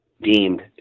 deemed